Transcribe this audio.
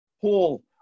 Paul